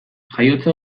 jaiotza